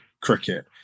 cricket